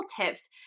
tips